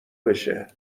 بشه